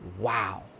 Wow